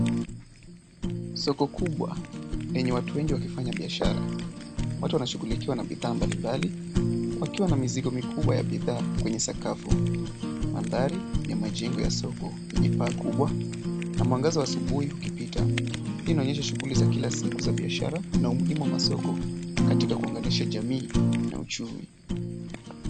Soko kubwa lenye watu wengi wakifanya biashara. Watu wanashughulikiwa na bidhaa mbalimbali wakiwa na mizigo mikubwa ya bidhaa kwenye sakafu. Mandhari ni ya majengo ya soko, yenye paa kubwa na mwangaza wa asubuhi ukipita. Hii inaonyesha shughuli za kila siku za biashara na umuhimu wa masoko katika kuunganisha jamii na uchumi.